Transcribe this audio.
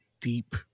deep